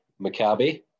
Maccabi